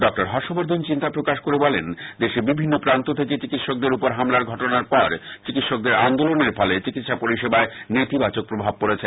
ড হর্ষ বর্ধন চিন্তা প্রকাশ করে বলেন দেশের বিভিন্ন প্রান্ত থেকে চিকিৎসকদের উপর হামলার ঘটনার পর চিকিৎসকদের আন্দোলনের ফলে চিকিৎসা পরিষেবায় নেতিবাচক প্রভাব পডেছে